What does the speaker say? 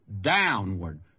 downward